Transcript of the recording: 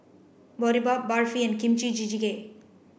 Boribap Barfi and Kimchi jjigae